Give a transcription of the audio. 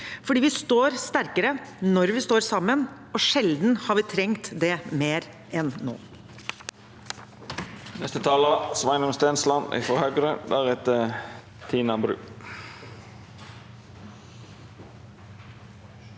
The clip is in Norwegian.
der. Vi står sterkere når vi står sammen, og sjelden har vi trengt det mer enn nå.